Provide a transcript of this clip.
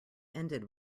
ended